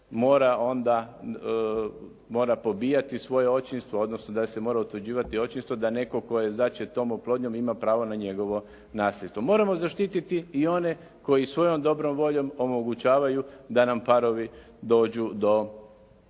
mora pobijati svoje očinstvo, odnosno da se mora utvrđivati očinstvo da netko tko je začet tom oplodnjom ima pravo na njegovo nasljedstvo. Moramo zaštititi i one koji svojom dobrom voljom omogućavaju da nam parovi dođu do